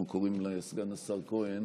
אנחנו קוראים לסגן השר כהן